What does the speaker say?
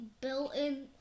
built-in